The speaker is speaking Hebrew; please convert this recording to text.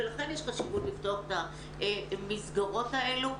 ולכן יש חשיבות לפתוח את המסגרות האלו.